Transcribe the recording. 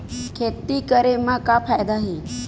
खेती करे म का फ़ायदा हे?